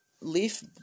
leaf